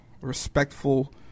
respectful